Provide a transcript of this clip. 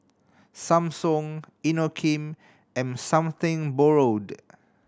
Samsung Inokim and Something Borrowed